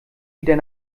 wieder